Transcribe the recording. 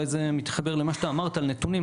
אז אולי נפתח היום סט של כלים שהפגיעה החוקתית שלהם,